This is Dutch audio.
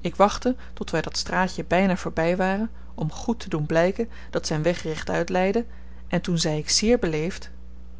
ik wachtte tot wy dat straatje byna voorby waren om goed te doen blyken dat zyn weg rechtuit leidde en toen zei ik zeer beleefd